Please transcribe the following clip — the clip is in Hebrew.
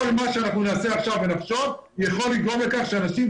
כל מה שאנחנו נעשה עכשיו יכול לגרום לכך שאנשים